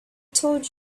told